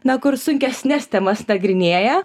na kur sunkesnes temas nagrinėja